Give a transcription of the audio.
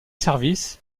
services